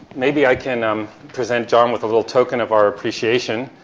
maybe i can um present john with a little token of our appreciation.